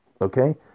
okay